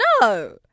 No